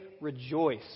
rejoice